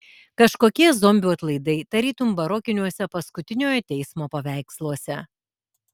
kažkokie zombių atlaidai tarytum barokiniuose paskutiniojo teismo paveiksluose